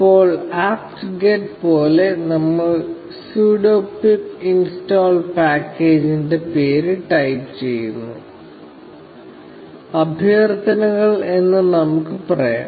ഇപ്പോൾ apt get പോലെ നമ്മൾ sudo pip install പാക്കേജ് പേര് ടൈപ്പ് ചെയ്യുന്നു അഭ്യർത്ഥനകൾ എന്ന് നമുക്ക് പറയാം